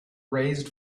raised